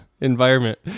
environment